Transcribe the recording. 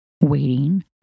waiting